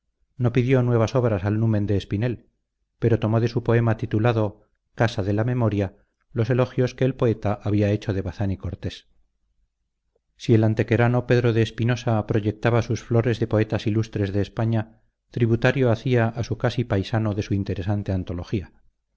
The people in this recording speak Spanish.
no pidió nuevas obras al númen de espinel pero tomó de su poema titulado casa de la memoria los elogios que el poeta había hecho de bazán y cortés si el antequerano pedro de espinosa proyectaba sus flores de poetas ilustres de españa tributario hacía a su casi paisano de su interesante antología